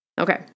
Okay